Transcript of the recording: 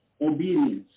obedience